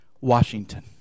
Washington